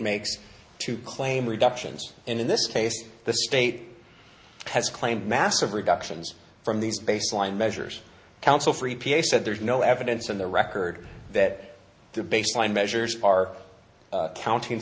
makes to claim reductions and in this case the state has claimed massive reductions from these baseline measures counsel for e p a said there's no evidence in the record that the baseline measures are counting